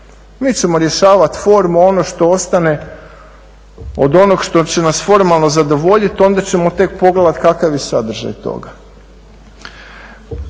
mi ćemo rješavat formu, a ono što ostane od onog što će nas formalno zadovoljit onda ćemo tek pogledat kakav je sadržaj toga.